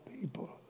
people